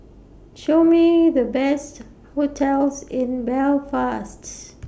Show Me The Best hotels in Belfast